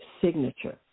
signature